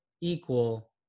equal